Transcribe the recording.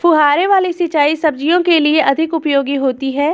फुहारे वाली सिंचाई सब्जियों के लिए अधिक उपयोगी होती है?